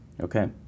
Okay